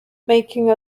making